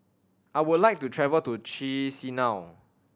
I would like to travel to Chisinau